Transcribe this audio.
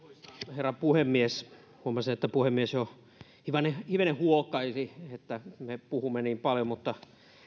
herra puhemies huomasin että puhemies jo hivenen hivenen huokaili että me puhumme niin paljon mutta